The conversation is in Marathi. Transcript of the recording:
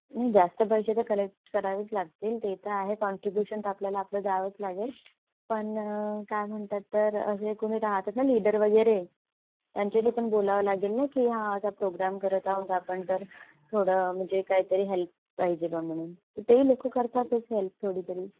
नाही जास्त पैसे तर कलेक्ट करावेच लागतील ते तर आहे कॉन्ट्रीब्युशन तर आपल्याला आपलं द्यावंच लागेल पण काय म्हणतात तर असे कुणी राहतात ना लीडर वगैरे त्यांच्याशी पण बोलावं लागेल ना की हा असा प्रोग्राम करत आहोत आपण तर थोडं म्हणजे काहीतरी हेल्प पाहिजे बा म्हणून तेही लोक करतातच हेल्प थोडीतरी